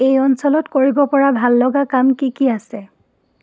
এই অঞ্চলত কৰিব পৰা ভাল লগা কাম কি কি আছে